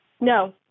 No